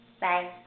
Bye